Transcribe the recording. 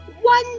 One